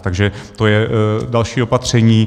Takže to je další opatření.